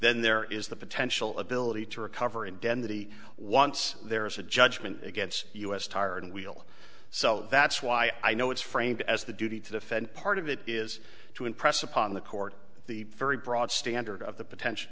then there is the potential ability to recover and density once there's a judgment against us tire and wheel so that's why i know it's framed as the duty to defend part of it is to impress upon the court the very broad standard of the potential